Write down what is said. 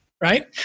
Right